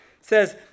says